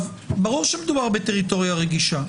ברור שמדובר בטריטוריה רגישה.